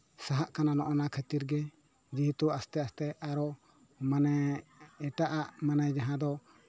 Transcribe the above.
ᱥᱟᱦᱟᱜ ᱠᱟᱱᱟ ᱱᱚᱜᱼᱚᱭ ᱱᱚᱣᱟ ᱠᱷᱟᱹᱛᱤᱨ ᱜᱮ ᱡᱮᱦᱮᱛ ᱟᱥᱛᱮ ᱟᱥᱛᱮ ᱟᱨᱚ ᱢᱟᱱᱮ ᱮᱴᱟᱜ ᱟᱜ ᱢᱟᱱᱮ ᱡᱟᱦᱟᱸ ᱫᱚ